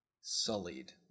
sullied